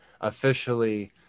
officially